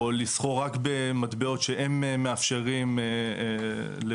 או לסחור רק במטבעות שהם מאפשרים לבצע.